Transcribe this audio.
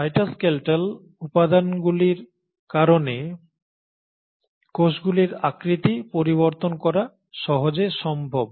cytoskeletal উপাদানগুলির কারণে কোষগুলির আকৃতি পরিবর্তন করা সহজে সম্ভব